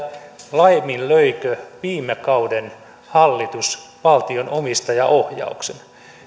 laiminlöikö viime kauden hallitus valtion omistajaohjauksen